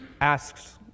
asks